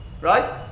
right